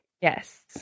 Yes